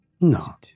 No